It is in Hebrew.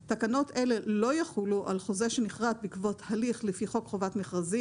אנו מתקינים תקנות אלה: הגדרות 1. בתקנות אלה- "קופת חולים"